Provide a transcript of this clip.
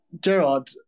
Gerard